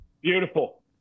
Beautiful